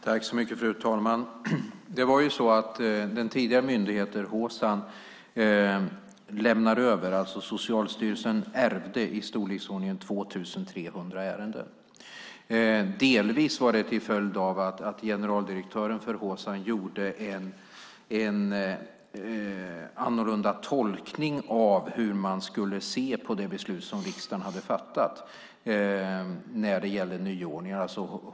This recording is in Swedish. Fru talman! Socialstyrelsen ärvde av den tidigare myndigheten Hsan i storleksordningen 2 300 ärenden. Delvis var det till följd av att generaldirektören för Hsan gjorde en annorlunda tolkning av hur man skulle se på det beslut som riksdagen hade fattat när det gällde nyordningen.